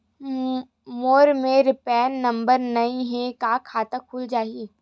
मोर मेर PAN number नई हे का खाता खुल जाही?